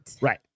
Right